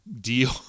deal